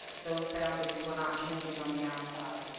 those boundaries were not changing on the outside.